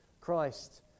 Christ